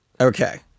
Okay